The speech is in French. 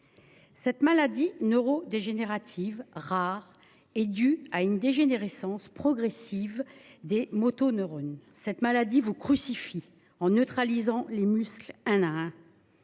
Cette maladie neurodégénérative rare est due à une dégénérescence progressive des motoneurones. Cette maladie vous crucifie en neutralisant les muscles un à un.